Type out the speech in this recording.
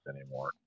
anymore